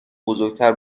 بزرگتر